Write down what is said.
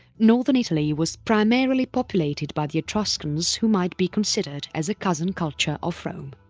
northern italy was primarily populated by the etruscans who might be considered as a cousin culture of rome.